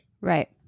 Right